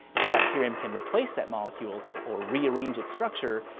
if a bacterium can replace that molecule or rearrange it's structure,